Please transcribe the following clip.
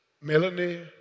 Melanie